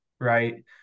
right